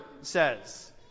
says